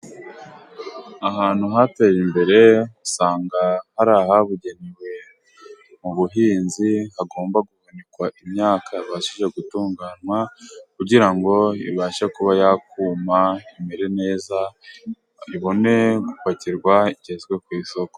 Ahantu hateye imbere usanga hari ahabugenewe mu buhinzi, hagomba guhunikwa imyaka yabashije gutunganywa kugira ngo ibashe kuba yakuma imere neza, ibone gupakirwa igezwe ku isoko.